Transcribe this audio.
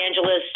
Angeles